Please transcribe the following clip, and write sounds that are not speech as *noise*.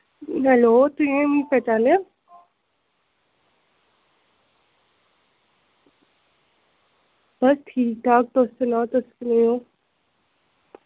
*unintelligible* मिगी पहचानेआ बस ठीक ठाक तुस सनाओ तुस कनेह् ओ